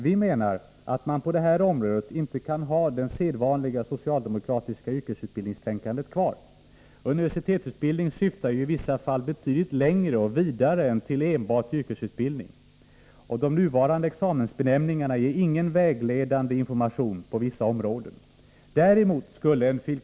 Vi menar att man på det här området inte kan ha det sedvanliga socialdemokratiska yrkesutbildningstänkandet kvar. Universitetsutbildning syftar ju i vissa fall betydligt längre och vidare än till enbart yrkesutbildning. De nuvarande examensbenämningarna ger heller ingen vägledande information på vissa områden. Däremot skulle en fil.